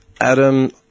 Adam